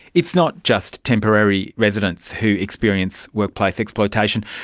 it's not just temporary residents who experience workplace exploitation.